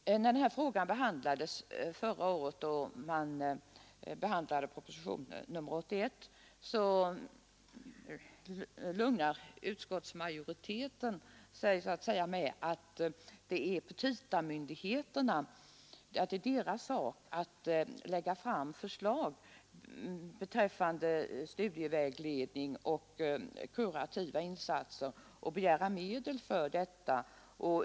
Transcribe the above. När den här frågan behandlades förra året i samband med propositionen 81 lugnade sig utskottsmajoriteten med att det är petitamyndigheternas sak att lägga fram förslag beträffande studievägledning och kurativa insatser och begära medel för detta.